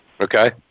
Okay